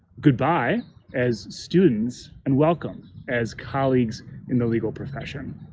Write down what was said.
goodbye as students and welcome as colleagues in the legal profession.